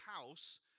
house